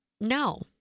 No